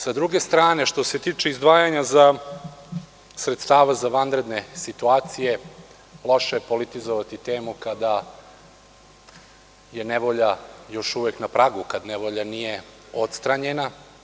S druge strane, što se tiče izdvajanja sredstava za vanredne situacije, loše je politizovati temu kada je nevolja još uvek na pragu, kada nevolja nije odstranjena.